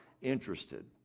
interested